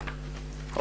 מיליון,